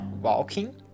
walking